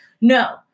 no